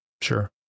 Sure